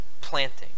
planting